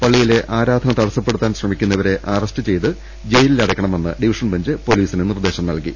പള്ളിയിലെ ആരാധന തടസ്സപ്പെടു ത്താൻ ശ്രമിക്കുന്നവരെ അറസ്റ്റ് ചെയ്ത് ജയിലിൽ അട യ്ക്കണമെന്ന് ഡിവിഷൻ ബെഞ്ച് പൊലീസിന് നിർദേശം നൽകി